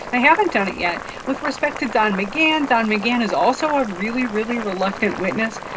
they haven't done it yet. with respect to don mcgahn, don mcgahn is also a really, really reluctant witness.